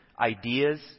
ideas